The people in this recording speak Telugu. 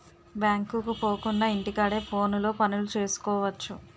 బ్యాంకుకు పోకుండా ఇంటి కాడే ఫోనులో పనులు సేసుకువచ్చు